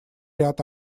ряд